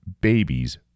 babies